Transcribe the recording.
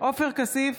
עופר כסיף,